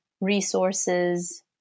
resources